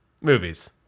movies